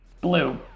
blue